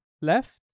left